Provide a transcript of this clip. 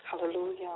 hallelujah